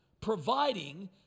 providing